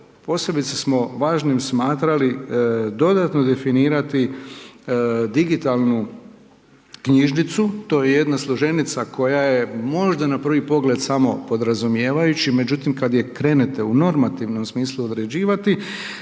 posebice smo važnim smatrali, dodatno definirati digitalnu knjižnicu, to je jedna složenica, koja je možda na prvi pogled samo podrazumijevajući, međutim, kada ju krenete u normativnom smislu odrađivati,